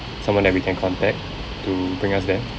someone that we can contact to bring us there